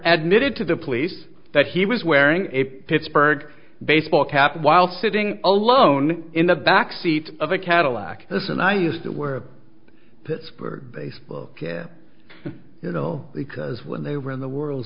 admitting to the police that he was wearing a pittsburgh baseball cap while sitting alone in the back seat of a cadillac this and i used to wear a pittsburgh baseball cap you know because when they were in the world